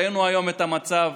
ראינו היום את המצב